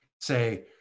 say